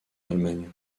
allemagne